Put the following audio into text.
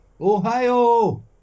Ohio